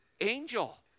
angel